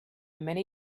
many